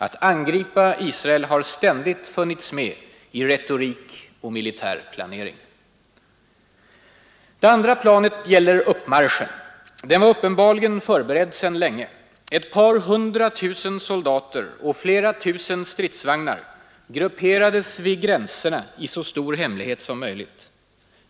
Att angripa Israel har ständigt funnits med i retorik och militär planering. Det andra planet gäller uppmarschen. Den var uppenbarligen förberedd sedan länge. Ett par hundratusen soldater och flera tusen stridsvagnar grupperades vid gränserna i så stor hemlighet som möjligt.